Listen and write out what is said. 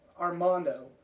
Armando